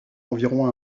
environ